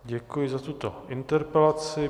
Děkuji za tuto interpelaci.